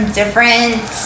different